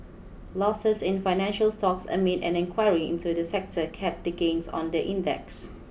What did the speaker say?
losses in financial stocks amid an inquiry into the sector capped the gains on the index